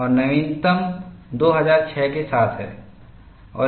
और नवीनतम 2006 के साथ है